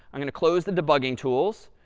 i'm going to close the debugging tools.